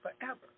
forever